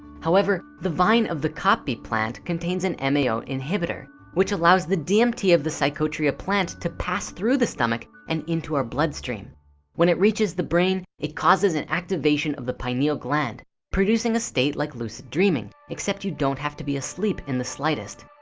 however the vine of the copy plant contains an mao inhibitor which allows the dmt of the psychotria plant to pass through the stomach and into our bloodstream when it reaches the brain it causes an activation of the pineal gland producing a state like lucid dreaming except you don't have to be asleep in the slightest